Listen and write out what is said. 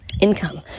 income